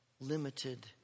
limited